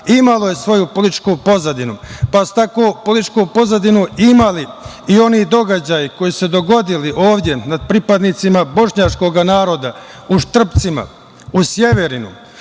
imalo je svoju političku pozadinu, pa su tako političku pozadinu imali i oni događaji koji su se dogodili ovde nad pripadnicima bošnjačkog naroda u Štrpcima, u Sjeverinu,